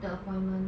the appointment